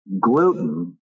gluten